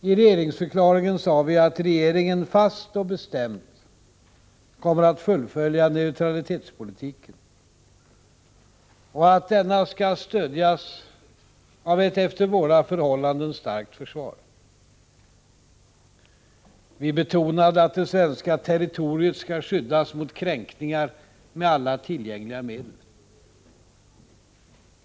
I regeringsförklaringen sade vi att regeringen fast och bestämt kommer att fullfölja neutralitetspolitiken och att denna skall stödjas av ett efter våra förhållanden starkt försvar. Vi betonade att det svenska territoriet skall skyddas mot kränkningar med alla tillgängliga medel.